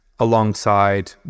alongside